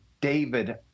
David –